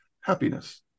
happiness